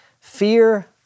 Fear